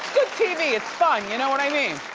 tv, it's fun. you know what i mean?